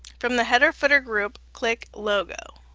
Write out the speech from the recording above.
from the header footer group click logo.